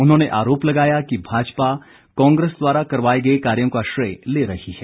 उन्होंने आरोप लगाया कि भाजपा कांग्रेस द्वारा करवाए गए कार्यो का श्रेय ले रही है